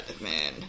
man